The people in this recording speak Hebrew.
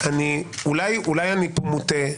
אולי אני פה מוטה,